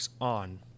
on